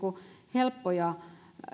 helppoja